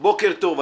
בוקר טוב,